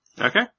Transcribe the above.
Okay